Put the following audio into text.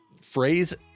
phrase